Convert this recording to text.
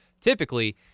typically